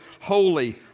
holy